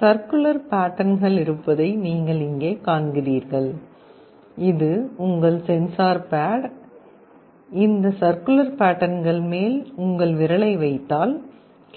circular பேட்டர்ன்கள் இருப்பதை நீங்கள் இங்கே காண்கிறீர்கள் இது உங்கள் சென்சார் பேட் இந்த சர்க்குலர் பேட்டர்ன்கள் மேல் உங்கள் விரலை வைத்தால்